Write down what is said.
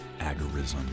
agorism